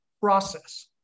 process